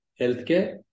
healthcare